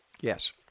Yes